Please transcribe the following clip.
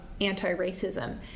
anti-racism